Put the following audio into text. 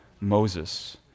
Moses